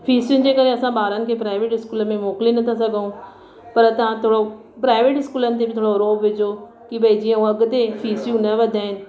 फीसियुनि जे करे असां ॿारनि खे प्राइवेट स्कूल में मोकिले नथा सघूं पर तव्हां थोरो प्राइवेट इस्कूलनि ते बि थोरो रोब विझो की भाई जीअं उहो अॻिते फीसियूं न वधाइनि